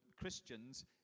Christians